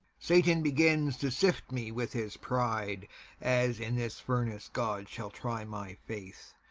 satan begins to sift me with his pride as in this furnace god shall try my faith,